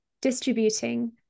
distributing